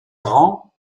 grand